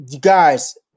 guys